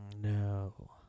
No